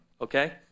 Okay